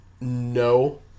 No